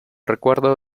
recuerdo